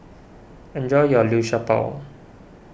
enjoy your Liu Sha Bao